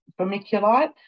vermiculite